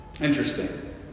Interesting